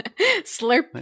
Slurp